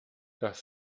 das